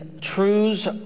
truths